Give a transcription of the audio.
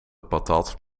patat